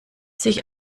sich